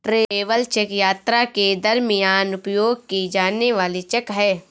travel cheque यात्रा के दरमियान उपयोग की जाने वाली चेक है